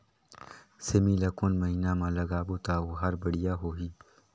सेमी ला कोन महीना मा लगाबो ता ओहार बढ़िया होही?